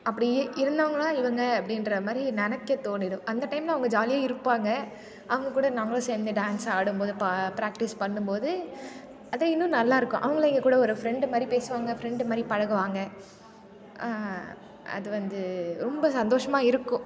அப்படி இருந்தவங்களா இவங்க அப்படின்ற மாதிரி நினைக்க தோணிடும் அந்த டைம்ல அவங்க ஜாலியாக இருப்பாங்க அவங்கக்கூட நாங்களும் சேர்ந்து டான்ஸ் ஆடும்போது பா பிராக்டீஸ் பண்ணும்போது அது இன்னும் நல்லாயிருக்கும் அவங்களும் எங்ககூட ஒரு ஃபிரெண்டு மாதிரி பேசுவாங்க ஃபிரெண்டு மாதிரி பழகுவாங்க அது வந்து ரொம்ப சந்தோஷமாக இருக்கும்